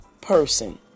person